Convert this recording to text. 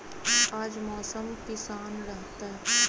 आज मौसम किसान रहतै?